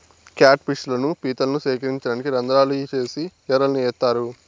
cat fish లను, పీతలను సేకరించడానికి రంద్రాలు చేసి ఎరలను ఏత్తారు